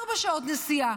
ארבע שעות נסיעה.